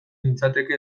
nintzateke